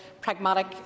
pragmatic